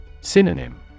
Synonym